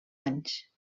anys